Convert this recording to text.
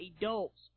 adults